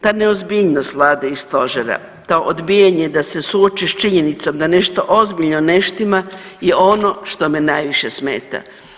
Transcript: Ta neozbiljnost vlade i stožera, to odbijanje da se suoči s činjenicom da nešto ozbiljno ne štima je ono što me najviše smeta.